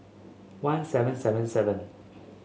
one seven seven seven